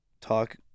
talk